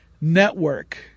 network